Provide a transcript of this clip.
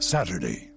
Saturday